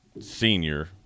senior